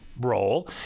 role